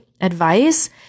advice